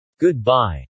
Goodbye